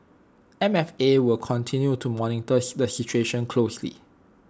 M F A will continue to monitor the situation closely